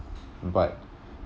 but